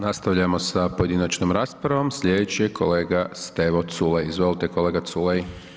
Nastavljamo sa pojedinačnom raspravom, slijedeći je kolega Stevo Culej, izvolite kolega Culej.